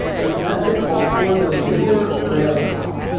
is an essay called, towards a newer laocoon.